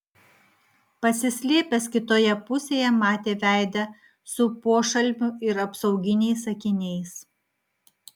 pasislėpęs kitoje pusėje matė veidą su pošalmiu ir apsauginiais akiniais